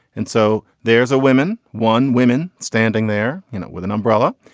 and so there's a women one women standing there you know with an umbrella.